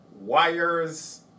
wires